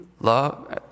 love